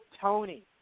Tony